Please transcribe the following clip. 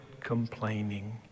complaining